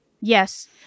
Yes